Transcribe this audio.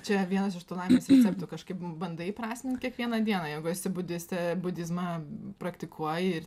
čia vienas iš tų laimės receptų kažkaip bandai įprasmint kiekvieną dieną jeigu esi budistė budizmą praktikuoji ir